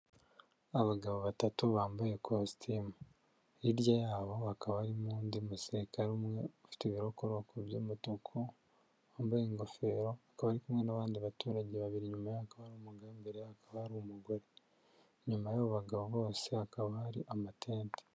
Abagabo batatu bambaye ikositimu, hirya yaho hakaba harimo undi musirikare umwe, ufite ibirokoko by'amatuku, wambaye ingofero, akaba ari kumwe n'abandi baturage babiri, inyuma ye hakaba hari umugore, inyuma yabo bagabo bose hakaba hari amatente.